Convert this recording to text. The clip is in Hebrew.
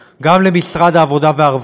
גם למשרד הכלכלה, גם למשרד העבודה והרווחה,